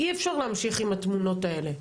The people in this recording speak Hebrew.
אי אפשר להמשיך עם התמונות האלה.